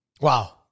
Wow